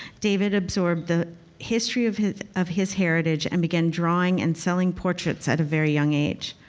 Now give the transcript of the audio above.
david absorbed the history of his of his heritage, and began drawing and selling portraits at a very young age.